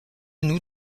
nous